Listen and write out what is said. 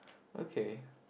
okay